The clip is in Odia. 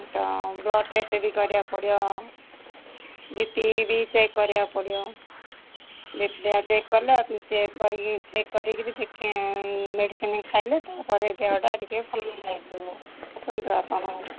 ତ ବ୍ଲଡ଼ ଟେଷ୍ଟ ବି କରିବାକୁ ପଡ଼ିବ ବି ପି ବି ଚେକ୍ କରିବାକୁ ପଡ଼ିବ ବିପିଟା ଚେକ୍ କଲ ଚେକ୍ କରିକି ଚେକ୍ କରିକିରି ମେଡ଼ିସିନ୍ ଖାଇଲେ ତା ପରେ ଦେହ ଟା ଟିକେ ଭଲ ଲାଗିବ ଆସନ୍ତୁ ଆପଣ